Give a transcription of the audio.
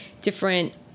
different